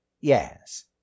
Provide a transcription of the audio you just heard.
Yes